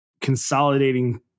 consolidating